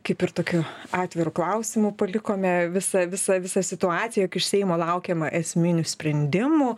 kaip ir tokiu atviru klausimu palikome visą visą visą situaciją jog iš seimo laukiama esminių sprendimų